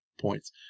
points